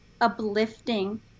uplifting